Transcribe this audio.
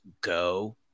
go